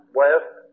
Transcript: west